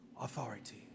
authority